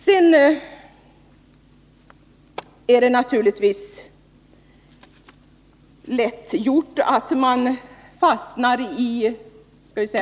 Det är naturligtvis lätt gjort att man fastnar i ordklyverier.